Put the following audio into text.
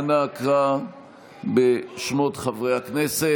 אנא קרא בשמות חברי הכנסת.